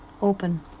open